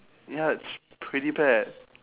ya it's pretty bad